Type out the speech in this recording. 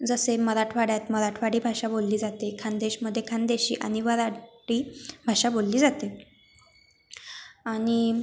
जसे मराठवाड्यात मराठवाडी भाषा बोलली जाते खानदेशमध्ये खानदेशी आणि वऱ्हाडी भाषा बोलली जाते आणि